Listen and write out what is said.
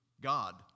God